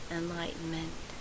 enlightenment